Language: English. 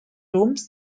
rooms